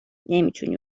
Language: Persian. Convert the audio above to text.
نمیتونی